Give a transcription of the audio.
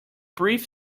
brief